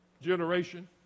generation